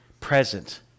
present